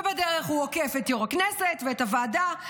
ובדרך הוא עוקף את יו"ר הכנסת ואת הוועדה,